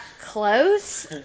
close